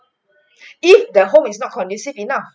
if the home is not conducive enough